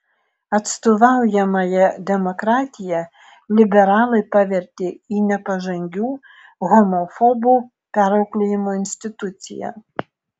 atstovaujamąja demokratiją liberalai pavertė į nepažangių homofobų perauklėjimo instituciją